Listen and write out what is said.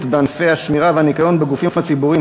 בענפי השמירה והניקיון בגופים הציבוריים,